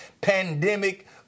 pandemic